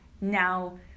now